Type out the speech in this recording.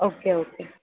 okay okay